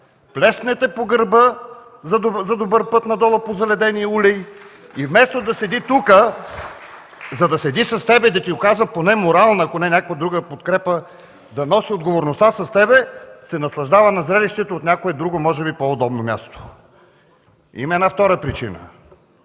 плесне те по гърба за „добър път” надолу по заледения улей (ръкопляскания от КБ и ДПС) и вместо да седи тук, за да седи с теб и да ти оказва поне морална, ако не някаква друга подкрепа, да носи отговорността с теб, се наслаждава на зрелището от някое друго, може би по-удобно място?! Има една втора причина.